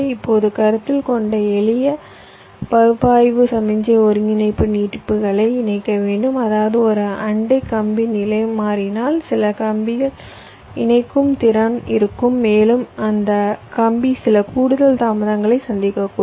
இப்போது கருத்தில் கொண்ட எளிய பகுப்பாய்விற்கு சமிக்ஞை ஒருங்கிணைப்பு நீட்டிப்புகளை இணைக்க வேண்டும் அதாவது ஒரு அண்டை கம்பி நிலை மாறினால் சில கம்பியில் இணைக்கும் திறன் இருக்கும் மேலும் அந்த கம்பி சில கூடுதல் தாமதங்களையும் சந்திக்கக்கூடும்